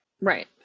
Right